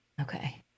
Okay